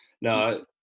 No